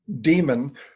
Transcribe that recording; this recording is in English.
demon